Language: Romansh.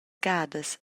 gadas